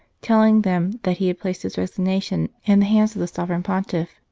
telling them that he had placed his resignation in the hands of the sovereign pontiff.